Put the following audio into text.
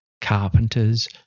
carpenters